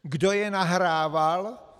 Kdo je nahrával?